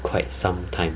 quite some time